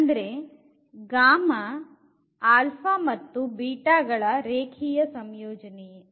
ಅಂದರೆ ಗಳ ರ ರೇಖೀಯ ಸಂಯೋಜನೆಯೇ